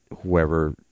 whoever